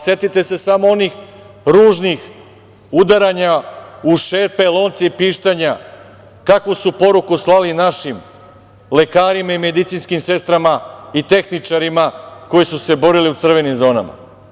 Setite se samo onih ružnih udaranja u šerpe, lonce i pištanja kakvu su poruku slali našim lekarima, medicinskim sestrama i tehničarima koji su se borili u crvenim zonama.